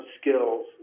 skills